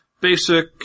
basic